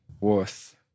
worth